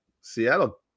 Seattle